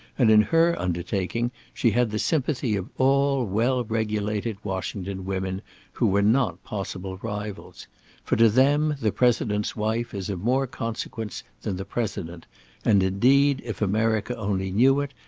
and in her undertaking she had the sympathy of all well-regulated washington women who were not possible rivals for to them the president's wife is of more consequence than the president and, indeed, if america only knew it,